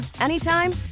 anytime